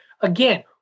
again